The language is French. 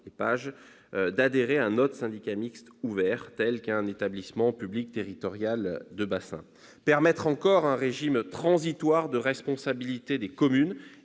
d'adhérer à un autre syndicat mixte ouvert, tel qu'un établissement public territorial de bassin. Nous avons voulu également permettre un régime transitoire de responsabilité des communes